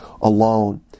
alone